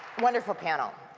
wonderful panel.